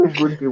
good